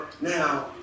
now